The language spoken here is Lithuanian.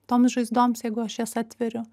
toms žaizdoms jeigu aš jas atveriu